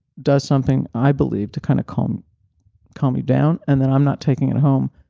does something i believe to kind of calm calm you down, and then i'm not taking it home.